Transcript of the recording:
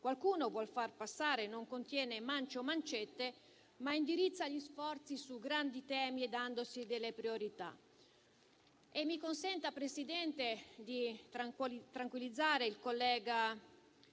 qualcuno vuol far passare, non contiene mance o mancette, ma indirizza gli sforzi su grandi temi, dandosi delle priorità. Mi consenta, Presidente, di tranquillizzare il collega